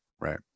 Right